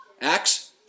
Acts